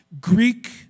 Greek